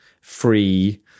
free